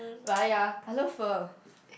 but ya I love pho